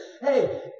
hey